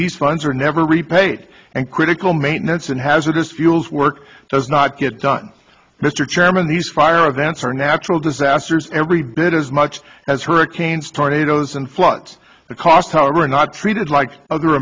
these funds are never repaid and critical maintenance and hazardous fuels work does not get done mr chairman these fire and vents are natural disasters every bit as much as hurricanes tornadoes and floods the costs however are not treated like other